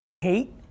hate